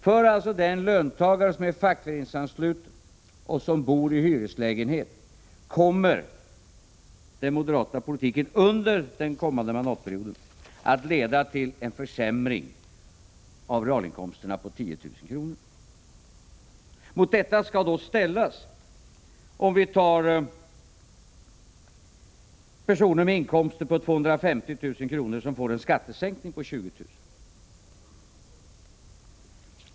För den löntagare som är fackföreningsansluten och som bor i hyreslägenhet kommer således den moderata politiken under den kommande mandatperioden att leda till en försämring av realinkomsterna på 10 000 kr. Mot detta skall då ställas exempelvis personer med inkomster på 250 000 kr., som får en skattesänkning på 20 000 kr.